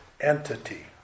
entity